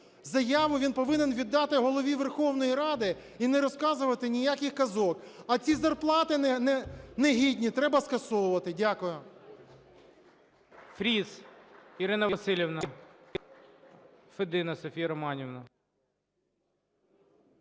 Заяву він повинен віддати Голові Верховної Ради і не розказувати ніяких казок. А ці зарплати негідні треба скасовувати. Дякую.